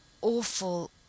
awful